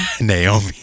Naomi